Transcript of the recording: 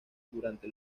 durante